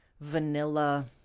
vanilla